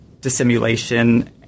dissimulation